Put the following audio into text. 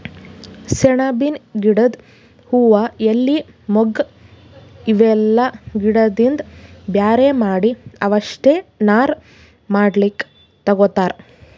ಸೆಣಬಿನ್ ಗಿಡದ್ ಹೂವಾ ಎಲಿ ಮೊಗ್ಗ್ ಇವೆಲ್ಲಾ ಗಿಡದಿಂದ್ ಬ್ಯಾರೆ ಮಾಡಿ ಅವಷ್ಟೆ ನಾರ್ ಮಾಡ್ಲಕ್ಕ್ ತಗೊತಾರ್